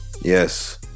Yes